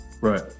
Right